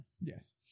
Yes